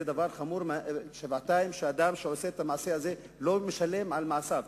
זה דבר חמור שבעתיים שהאדם שעושה את המעשה הזה לא משלם על מעשיו,